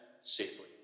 Safely